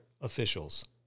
officials